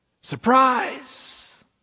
Surprise